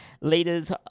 leaders